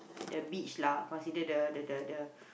the beach lah considered the the the the the